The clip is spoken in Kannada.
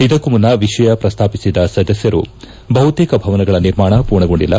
ಇದಕ್ಕೂ ಮುನ್ನ ವಿಷಯ ಪ್ರಸ್ತಾಪಿಸಿದ ಸದಸ್ಯರು ಬಹುತೇಕ ಭವನಗಳ ನಿರ್ಮಾಣ ಪೂರ್ಣಗೊಂಡಿಲ್ಲ